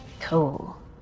Cool